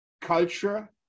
culture